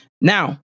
Now